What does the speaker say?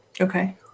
Okay